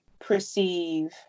perceive